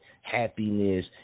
happiness